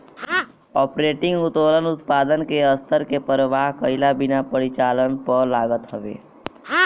operating उत्तोलन उत्पादन के स्तर के परवाह कईला बिना परिचालन पअ लागत हवे